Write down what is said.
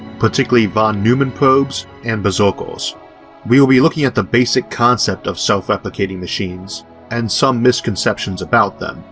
particularly von neumann probes and berserkers. we will be looking at the basic concept of self-replicating machines and some misconceptions about them,